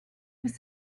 was